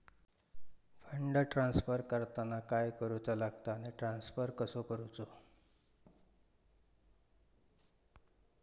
Fund transfer करताना काय करुचा लगता आनी ट्रान्स्फर कसो करूचो?